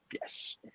Yes